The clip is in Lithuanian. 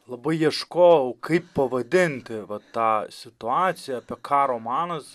labai ieškojau kaip pavadinti va tą situaciją apie ką romanas